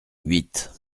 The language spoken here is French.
huit